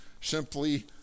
simply